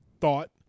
thought